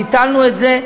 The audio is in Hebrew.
ביטלנו את זה.